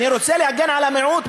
אני רוצה להגן על המיעוט,